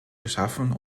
geschaffen